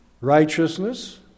righteousness